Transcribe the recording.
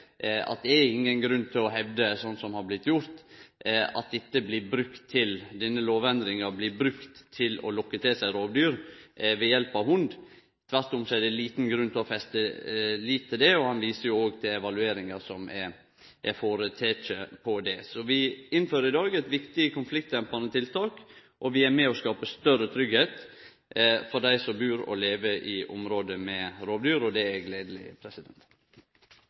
at det er ingen grunn til å hevde, slik som det har blitt gjort, at denne lovendringa blir brukt til å lokke til seg rovdyr ved hjelp av hund. Tvert om er det liten grunn til å feste lit til det, og han viser til evalueringa som er føreteken. Vi innfører i dag eit viktig konfliktdempande tiltak, og vi er med på å skape større tryggleik for dei som bur og lever i område med rovdyr – det er gledeleg.